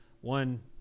one